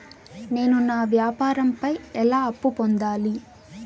నేను నా వ్యాపారం పై ఎలా అప్పు పొందాలి?